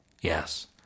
Yes